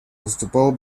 выступал